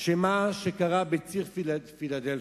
שמה שקרה בציר פילדלפי,